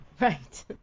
Right